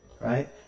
right